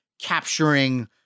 capturing